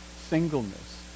singleness